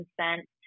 consent